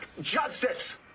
justice